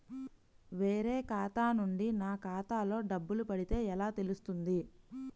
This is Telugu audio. వేరే ఖాతా నుండి నా ఖాతాలో డబ్బులు పడితే ఎలా తెలుస్తుంది?